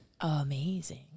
Amazing